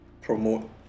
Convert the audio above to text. promote